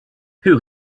who